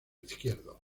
izquierdo